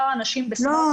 האנשים עם סמארטפונים --- לא,